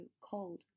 cold